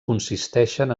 consisteixen